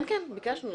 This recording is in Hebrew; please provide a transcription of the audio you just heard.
כן, ביקשנו.